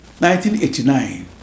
1989